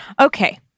Okay